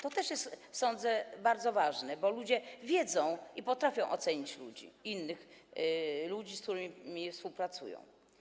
To też jest, sądzę, bardzo ważne, bo ludzie wiedzą i potrafią ocenić innych ludzi, z którymi współpracują.